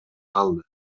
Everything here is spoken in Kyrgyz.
калды